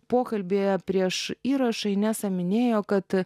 pokalbyje prieš įrašą inesa minėjo kad